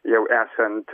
jau esant